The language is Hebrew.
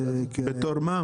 בתור מה?